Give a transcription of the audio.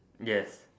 yes